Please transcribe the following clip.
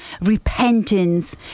repentance